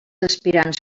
aspirants